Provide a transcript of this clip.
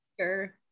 Sure